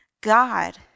God